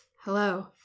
Hello